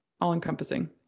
all-encompassing